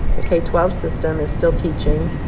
the k twelve system is still teaching.